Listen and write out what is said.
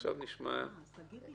עכשיו נשמע את נועה.